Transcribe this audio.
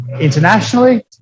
internationally